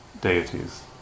deities